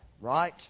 right